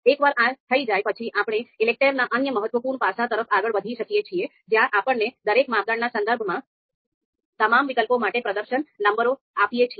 એકવાર આ થઈ જાય પછી આપણે ELECTRE ના અન્ય મહત્વપૂર્ણ પાસાં તરફ આગળ વધી શકીએ છીએ જ્યાં આપણે દરેક માપદંડના સંદર્ભમાં તમામ વિકલ્પો માટે પ્રદર્શન નંબરો આપીએ છીએ